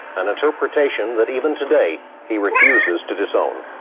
an interpretation that even today, he refuses to disown